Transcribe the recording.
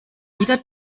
wieder